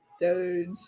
Doge